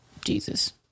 Jesus